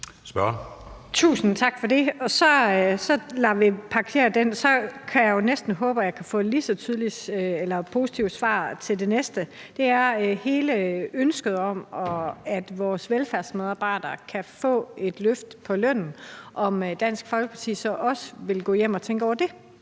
Tusind tak for det. Så kan vi parkere den, og så kan jeg jo næsten håbe, at jeg kan få et lige så positivt svar til det næste spørgsmål, som drejer sig om hele ønsket om, at vores velfærdsmedarbejdere kan få et løft af lønnen, altså om Dansk Folkeparti så også vil gå hjem og tænke over det.